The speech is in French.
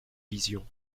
vision